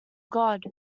god